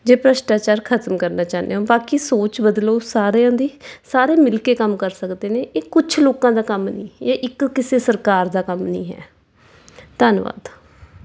ਜੇ ਭ੍ਰਿਸ਼ਟਾਚਾਰ ਖਤਮ ਕਰਨਾ ਚਾਹੁੰਦੇ ਹੋ ਬਾਕੀ ਸੋਚ ਬਦਲੋ ਸਾਰਿਆਂ ਦੀ ਸਾਰੇ ਮਿਲ ਕੇ ਕੰਮ ਕਰ ਸਕਦੇ ਨੇ ਇਹ ਕੁਛ ਲੋਕਾਂ ਦਾ ਕੰਮ ਨਹੀਂ ਇਹ ਇੱਕ ਕਿਸੇ ਸਰਕਾਰ ਦਾ ਕੰਮ ਨਹੀਂ ਹੈ ਧੰਨਵਾਦ